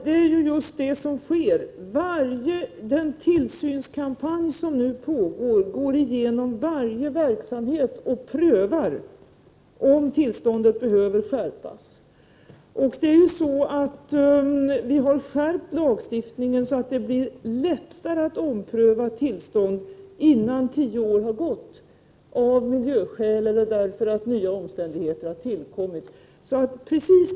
Herr talman! Det är just det som sker. Den tillsynskampaj som nu pågår ser på varje verksamhet och prövar om tillståndet behöver skärpas. Vi har skärpt lagstiftningen så att det blir lättare att ompröva tillstånd innan tio år har gått, av miljöskäl eller därför att nya omständigheter har tillkommit.